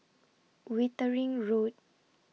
Wittering Road